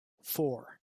four